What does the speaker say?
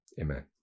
amen